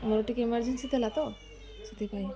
ମୋର ଟିକେ ଏମରଜେନ୍ସି ଥିଲା ତ ସେଥିପାଇଁ